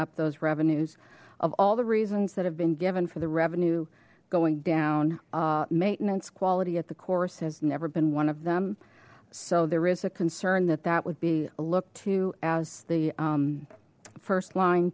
up those revenues of all the reasons that have been given for the revenue going down maintenance quality at the course has never been one of them so there is a concern that that would be looked to as the first lin